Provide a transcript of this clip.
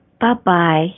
Bye-bye